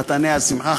חתני השמחה,